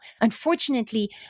Unfortunately